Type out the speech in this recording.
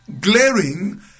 glaring